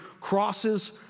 crosses